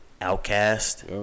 Outcast